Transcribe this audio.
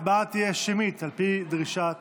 ההצבעה תהיה שמית, על פי דרישת